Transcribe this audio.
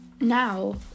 Now